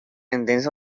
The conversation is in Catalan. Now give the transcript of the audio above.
entens